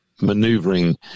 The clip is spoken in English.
maneuvering